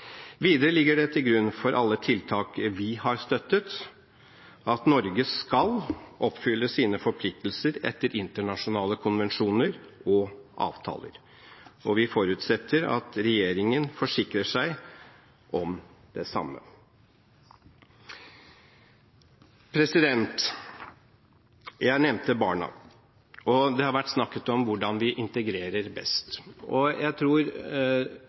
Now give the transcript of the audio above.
Videre ligger det til grunn for alle tiltak vi har støttet, at Norge skal oppfylle sine forpliktelser etter internasjonale konvensjoner og avtaler. Vi forutsetter at regjeringen forsikrer seg om det samme. Jeg nevnte barna, og det har vært snakket om hvordan vi integrerer best. Jeg tror